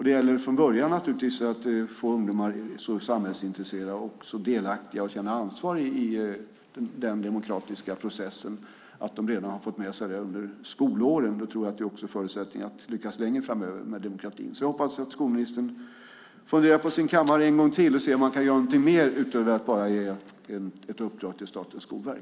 Det gäller naturligtvis att från början få ungdomar så samhällsintresserade och så delaktiga som möjligt och att få dem att känna ansvar i den demokratiska processen. Om de får med sig det redan under skolåren tror jag att det är en förutsättning att lyckas med demokratin längre fram. Jag hoppas att skolministern funderar på sin kammare en gång till och ser om han kan göra någonting mer utöver att bara ge ett uppdrag till Statens skolverk.